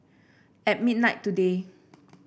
at midnight today